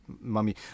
Mummy